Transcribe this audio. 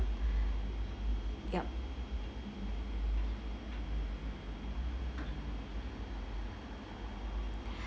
yup